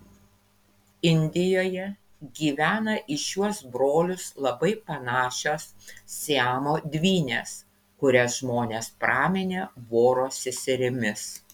indijoje gyvena į šiuos brolius labai panašios siamo dvynės kurias žmonės praminė voro seserimis